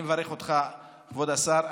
אני מברך אותך, כבוד השר.